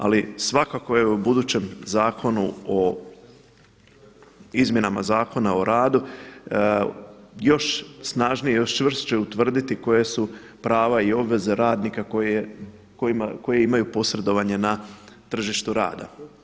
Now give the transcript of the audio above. Ali svakako evo u budućem zakonu o izmjenama Zakona o radu još snažnije, još čvršće utvrditi koja su prava i obveze radnika koje imaju posredovanje na tržištu rada.